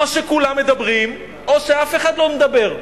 או שכולם מדברים או שאף אחד לא מדבר.